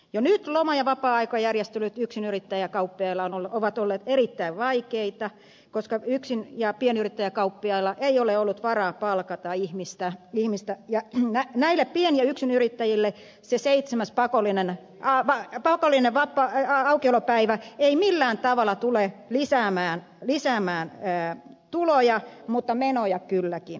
jo nyt loma ja vapaa aikajärjestelyt yksinyrittäjäkauppiailla ovat olleet erittäin vaikeita koska yksin ja pienyrittäjäkauppiailla ei ole ollut varaa palkata ihmistä ja näille pien ja yksinyrittäjille se seitsemäs pakollinen aukiolopäivä ei millään tavalla tule lisäämään tuloja mutta menoja kylläkin